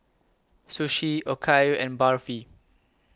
Sushi Okayu and Barfi